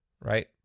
right